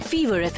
Fever